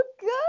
good